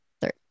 third